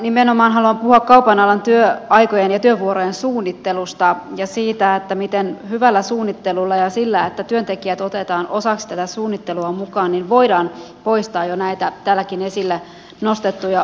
nimenomaan haluan puhua kaupan alan työaikojen ja työvuorojen suunnittelusta ja siitä miten hyvällä suunnittelulla ja sillä että työntekijät otetaan mukaan osaksi tätä suunnittelua voidaan poistaa jo näitä täälläkin esille nostettuja ongelmia